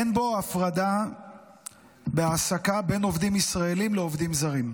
אין בו הפרדה בהעסקה בין עובדים ישראלים לעובדים זרים.